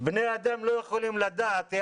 בני אדם לא יכולים לדעת.